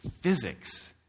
physics